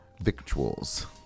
victuals